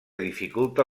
dificulta